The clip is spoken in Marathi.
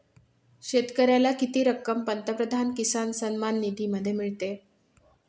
शेतकऱ्याला किती रक्कम पंतप्रधान किसान सन्मान निधीमध्ये मिळते?